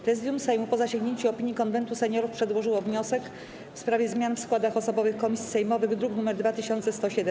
Prezydium Sejmu, po zasięgnięciu opinii Konwentu Seniorów, przedłożyło wniosek w sprawie zmian w składach osobowych komisji sejmowych, druk nr 2107.